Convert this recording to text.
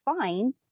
fine